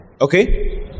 Okay